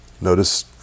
notice